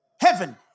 heaven